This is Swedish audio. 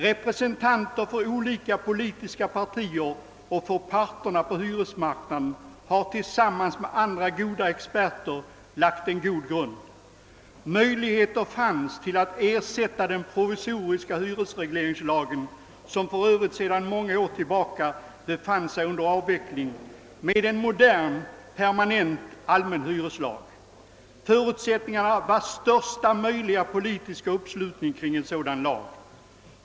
Representanter för olika politiska partier och för parterna på hyresmarknaden har tillsammans med andra experter lagt en god grund. Möjligheter fanns därför att ersätta den provisoriska hyresregleringslagen — som för övrigt sedan många år befann sig under avveckling — med en modern, permanent allmän hyreslag. Förutsättningen var största möjliga politiska uppslutning kring en sådan lag.